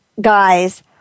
guys